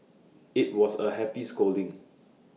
IT was A happy scolding